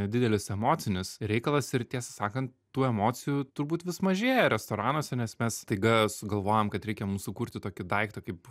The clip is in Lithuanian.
didelis emocinis reikalas ir tiesą sakant tų emocijų turbūt vis mažėja restoranuose nes mes staiga sugalvojam kad reikia mum sukurti tokį daiktą kaip